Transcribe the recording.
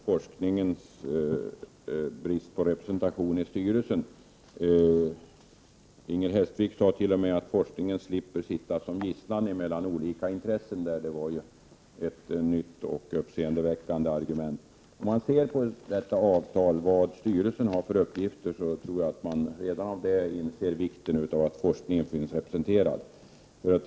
Herr talman! Jag vill först ta upp frågan om forskningens representation i styrelsen. Inger Hestvik sade t.o.m. att forskningen slipper sitta som gisslan mellan olika intressen. Det var ju ett nytt och uppseendeväckande argument. Om man ser efter i avtalet vad styrelsen har för uppgifter, tror jag att man redan av det inser vikten av att forskningen finns representerad.